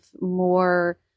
more